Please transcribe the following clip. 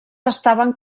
estaven